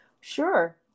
Sure